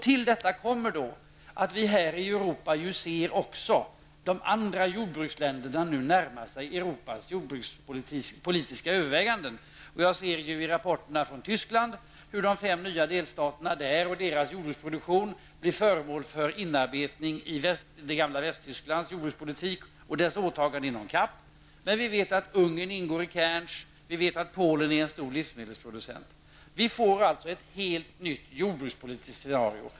Till detta kommer att vi ser att de andra jordbruksländerna i Europa närmar sig Av rapporter från Tyskland framgår att de fem nya tyska delstaterna och deras jordbrukspolitik är föremål för en inarbetning i det gamla Västtysklands jordbrukspolitik och dess åtaganden inom CAP. Vi vet ju att Ungern ingår i Cairnsgruppen och att Polen är en stor livsmedelsproducent. Det blir alltså ett helt nytt jordbrukspolitiskt scenario.